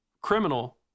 criminal